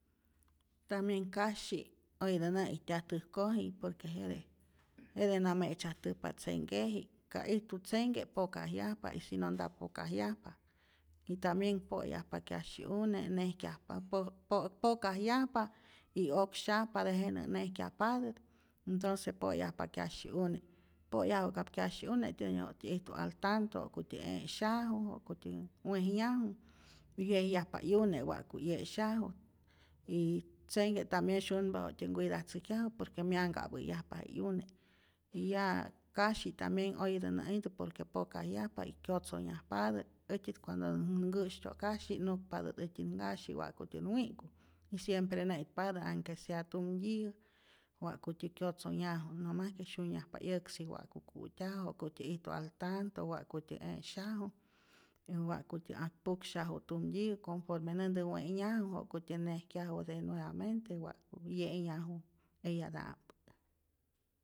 Tambien kasyi' oyetä nä'ijtyaj täjkoji por que jete jete na me'tzyajtäjpa tzenkeji'k, ka ijtu tzenhke pokajyajpa y si no nta pokajyajpa y tambien po'yajpa kyasyi'une, nejkyajpa po' pokajyajpa y oksyajpa tejenä nejkyajpatät, entonce po'yajpa kyasyi'une', po'yaju'ka'p kyasyi'une' tiene waktyä ijtu al tanto, ja'kutyä 'e'syaju, wa'kutyä wejyaju y wyejyajpa 'yune wa'ku 'ye'syaju y tzenke tambien syunpa wa'tyä ncuidatzäjkyaju por que myanhka'pä'yajpa je 'yune y ya kasyi tambien oyetä nä'intä por que pokajyajpa y kyotzonyajpatä, äjtyat cuando nä nkä'styo' kasyi, nukpatät äjtyän nkasyi wa'kutyän wi'nhku y siempre nä'itpatä anhke sea tumtyiyä wa'kutyä kyotzonyaju, nomas que syunyajpa 'yäksi wa'ku ku'tyaju, wa'kutyä ijtu al tanto, wa'kutyä e'syaju, y wa'kutyä ak puksyaju tumtyiyä conforme näntä we'nyaju ja'kutyä nejkyaju de nuevamente wa'ku 'ye'nhyaju eyata'mpä.